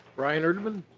ryan erdman.